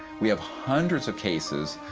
we have hundreds of cases,